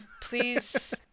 Please